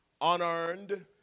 unearned